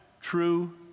true